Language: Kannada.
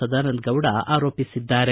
ಸದಾನಂದ ಗೌಡ ಆರೋಪಿಸಿದ್ದಾರೆ